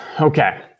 Okay